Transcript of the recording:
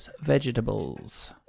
vegetables